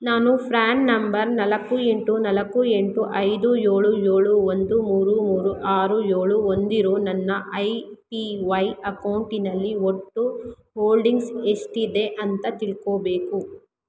ನಾನು ಫ್ರ್ಯಾನ್ ನಂಬರ್ ನಾಲ್ಕು ಎಂಟು ನಾಲ್ಕು ಎಂಟು ಐದು ಏಳು ಏಳು ಒಂದು ಮೂರು ಮೂರು ಆರು ಏಳು ಹೊಂದಿರೋ ನನ್ನ ಐ ಪಿ ವೈ ಅಕೌಂಟಿನಲ್ಲಿ ಒಟ್ಟು ಹೋಲ್ಡಿಂಗ್ಸ್ ಎಷ್ಟಿದೆ ಅಂತ ತಿಳ್ಕೋಬೇಕು